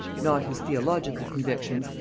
not his theological convictions,